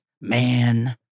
Man